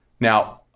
Now